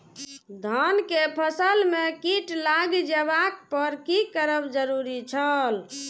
धान के फसल में कीट लागि जेबाक पर की करब जरुरी छल?